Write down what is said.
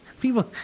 People